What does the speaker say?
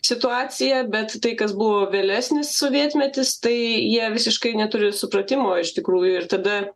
situaciją bet tai kas buvo vėlesnis sovietmetis tai jie visiškai neturi supratimo iš tikrųjų ir tada